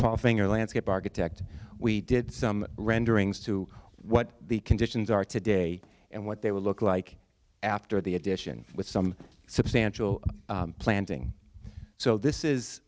of finger landscape architect we did some renderings to what the conditions are today and what they would look like after the addition with some substantial planting so this is